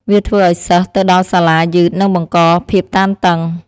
វាធ្វើឱ្យសិស្សទៅដល់សាលាយឺតនិងបង្កភាពតានតឹង។